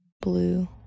Blue